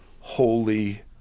Holy